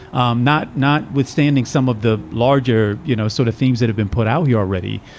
um not not withstanding some of the larger, you know, sort of themes that have been put out here already.